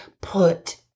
put